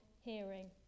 hearing